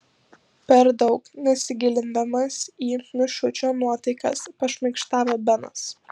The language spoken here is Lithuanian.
per daug nesigilindamas į mišučio nuotaikas pašmaikštavo benas